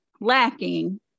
lacking